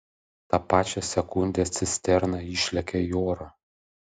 tą pačią sekundę cisterna išlekia į orą